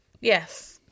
Yes